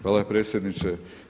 Hvala predsjedniče.